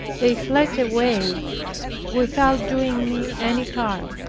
they fled away without doing me any harm.